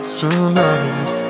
tonight